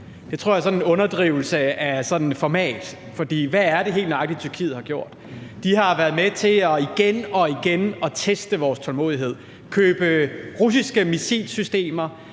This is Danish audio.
jeg er en underdrivelse af format. For hvad er det helt nøjagtig, Tyrkiet har gjort? De har været med til igen og igen at teste vores tålmodighed, købe russiske missilsystemer,